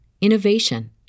innovation